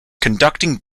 conducting